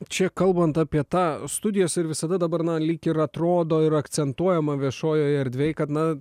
čia kalbant apie tą studijas ir visada dabar na lyg ir atrodo ir akcentuojama viešojoj erdvėj kad na